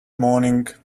morning